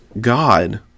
God